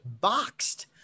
Boxed